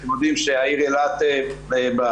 אתם יודעים שהעיר אילת ב-15,